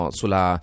sulla